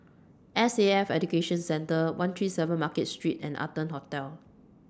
S A F Education Centre one three seven Market Street and Arton Hotel